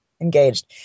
engaged